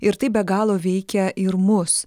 ir tai be galo veikia ir mus